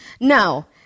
Now